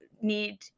need